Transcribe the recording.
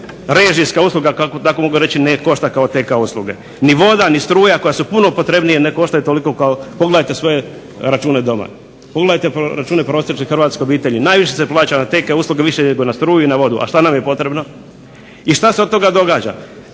režijska usluga, ako tako mogu reći ne košta kao TK-a usluge ni voda, ni struja koja su puno potrebnije ne koštaju toliko kao. Pogledajte svoje račune doma. Pogledajte račune prosječne hrvatske obitelji. Najviše se plaća na TK usluge više nego na struju i na vodu, a šta nam je potrebno? I šta se od toga događa?